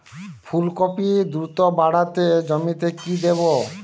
ফুলকপি দ্রুত বাড়াতে জমিতে কি দেবো?